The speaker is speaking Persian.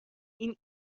این